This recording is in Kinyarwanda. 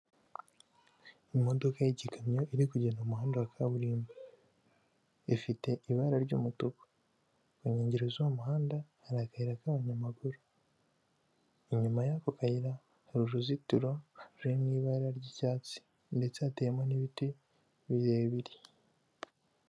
Imodoka y'igikamyo iri kugenda muhanda wa kaburimbo, ifite ibara ry'umutuku, ku nkengero z'uwo muhanda hari akayira k'abanyamaguru, inyuma y'ako kayira hari uruzitiro ruri mu ibara ry'icyatsi ndetse hateyemo n'ibiti birebire.